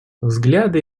взгляды